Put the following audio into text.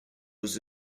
was